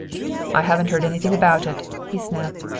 i haven't heard anything about it, he snapped.